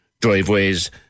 driveways